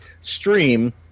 stream